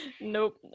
Nope